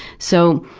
so,